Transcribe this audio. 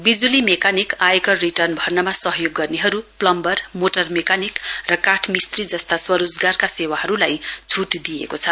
बिज्ली mechanic आयकर return भर्नमा सहयोग गर्नहरु प्लम्बर मोटर मेकानिक र काठ मिख्री जस्ता स्वरोजगारका सेवाहरुलाई छूट दिइएको छ